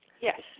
Yes